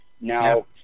now